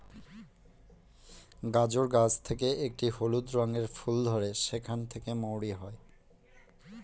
গাজর গাছ থেকে একটি হলুদ রঙের ফুল ধরে সেখান থেকে মৌরি হয়